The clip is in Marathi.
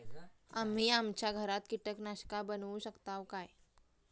आम्ही आमच्या घरात कीटकनाशका बनवू शकताव काय?